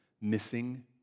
missing